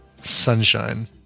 Sunshine